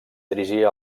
dirigir